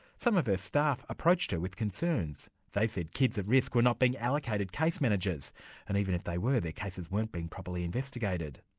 some of her staff approached her with concerns. they said kids at risk were not being allocated case managers and even if they were, their cases weren't being properly investigated.